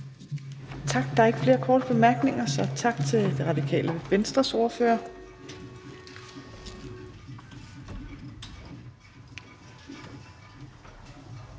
Tak. Der er ikke flere korte bemærkninger. Tak til Det Radikale Venstres ordfører.